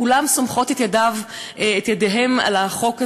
כולם סומכים את ידיהם על החוק הזה: